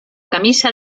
camisa